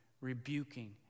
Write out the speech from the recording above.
rebuking